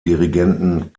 dirigenten